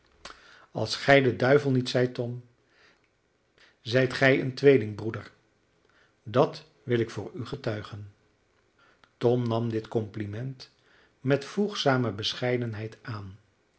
als gij de duivel niet zijt tom zijt gij zijn tweelingbroeder dat wil ik voor u getuigen tom nam dit compliment met voegzame bescheidenheid aan